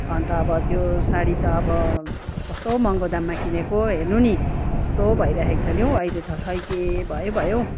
अन्त अब त्यो साडी त अब कस्तो महँगो दाममा किनेको हेर्नु नि कस्तो भइरहेको छ नि हौ अहिले त खै के भयो भयो हौ